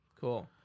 Cool